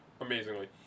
Amazingly